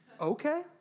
okay